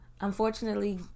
unfortunately